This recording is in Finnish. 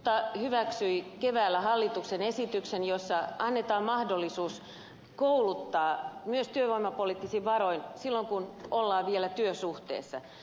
eduskunta hyväksyi keväällä hallituksen esityksen jossa annetaan mahdollisuus kouluttaa myös työvoimapoliittisin varoin silloin kun ollaan vielä työsuhteessa